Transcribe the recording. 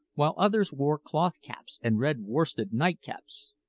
while others wore cloth caps and red worsted nightcaps.